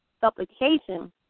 supplication